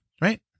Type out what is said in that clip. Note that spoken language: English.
right